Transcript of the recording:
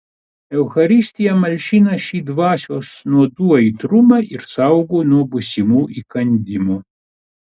eucharistija malšina šį dvasios nuodų aitrumą ir saugo nuo būsimų įkandimų